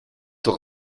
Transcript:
doch